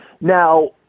Now